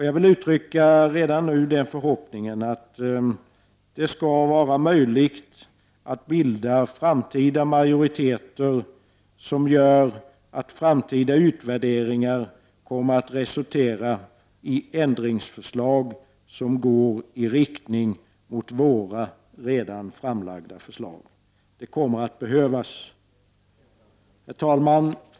Jag vill redan nu uttrycka den förhoppningen att det i framtiden skall bli möjligt att bilda majoriteter som gör att framtida utvärderingar kan resultera i ändringsförslag i linje med våra förslag. Det kommer att behövas. Herr talman!